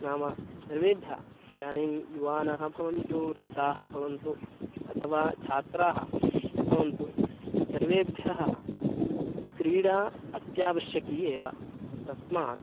नाम सर्वेभ्यः इदानीं युवानः भवन्तु वृद्धाः भवन्तु अथवा छात्राः भवन्तु सर्वेभ्यः क्रीडा अत्यावश्यकी एव तस्मात्